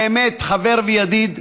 באמת חבר וידיד,